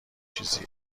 چیزیه